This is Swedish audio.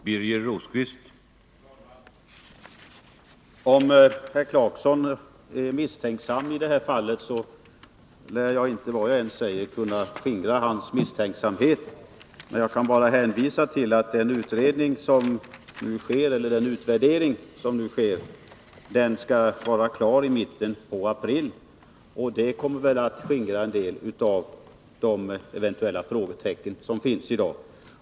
Herr talman! Om herr Clarkson är misstänksam i det här fallet, lär inte jag, vad jag än säger, kunna skingra hans misstänksamhet. Jag kan bara hänvisa till att den utvärdering som nu sker skall vara klar i mitten av april, och den kommer väl att skingra en del av de frågetecken som eventuellt finns i dag.